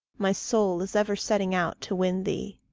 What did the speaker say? my soul is ever setting out to win thee.